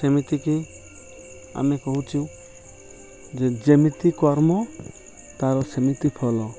ସେମିତିକି ଆମେ କହୁଛୁ ଯେ ଯେମିତି କର୍ମ ତାର ସେମିତି ଫଳ